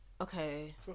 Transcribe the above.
Okay